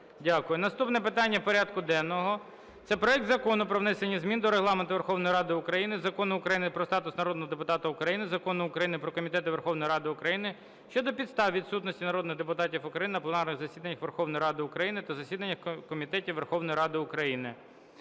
Дякую. Наступне питання порядку денного – це проект Закону про внесення змін до Регламенту Верховної Ради України, Закону України "Про статус народного депутата України", Закону України "Про комітети Верховної Ради України" щодо підстав відсутності народних депутатів України на пленарних засіданнях Верховної Ради України та засіданнях комітетів Верховної Ради України.